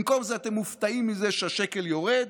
במקום זה אתם מופתעים מזה שהשקל יורד,